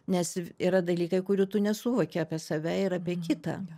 nes ir yra dalykai kurių tu nesuvoki apie save ir apie kitą